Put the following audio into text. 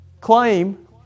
claim